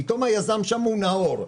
פתאום היזם שם הוא נאור,